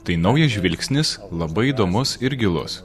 tai naujas žvilgsnis labai įdomus ir gilus